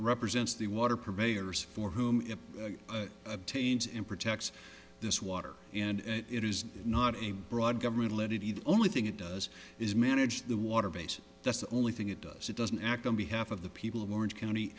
represents the water purveyors for whom it obtains in protects this water and it is not a broad government let it be the only thing it does is manage the water basin that's the only thing it does it doesn't act on behalf of the people of orange county